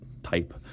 type